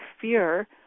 fear